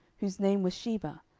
whose name was sheba,